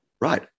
right